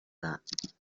that